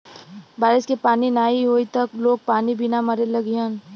बारिश के पानी नाही होई त लोग पानी बिना मरे लगिहन